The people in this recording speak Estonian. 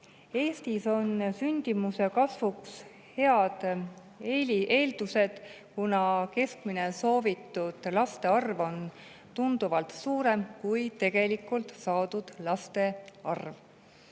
Eestis on sündimuse kasvuks head eeldused, kuna keskmine soovitud laste arv on tunduvalt suurem kui tegelikult saadud laste